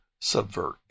subvert